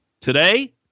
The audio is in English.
today